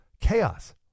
chaos